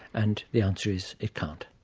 and the answer is it can't.